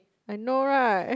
I know right